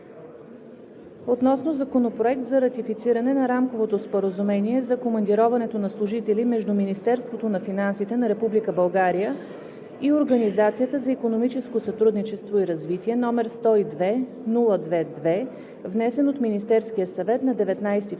относно Законопроект за ратифициране на Рамковото споразумение за командироването на служители между Министерството на финансите на Република България и Организацията за икономическо сътрудничество и развитие, № 102-02-2, внесен от Министерския съвет на 19 февруари